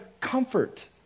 comfort